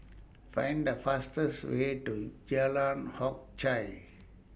Find The fastest Way to Jalan Hock Chye